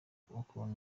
ukuntu